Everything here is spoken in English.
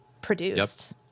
produced